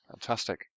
Fantastic